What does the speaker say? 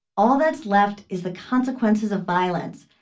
all that's left is the consequences of violence.